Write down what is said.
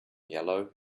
yellow